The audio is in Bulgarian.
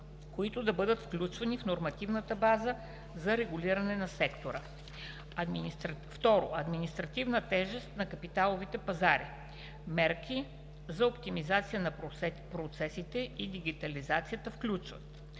които да бъдат включвани в нормативната база за регулиране на сектора. 2. Административна тежест на капиталовите пазари. Мерките за оптимизация на процесите и дигитализация включват: